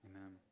Amen